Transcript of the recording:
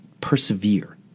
persevere